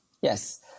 Yes